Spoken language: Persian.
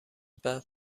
بعد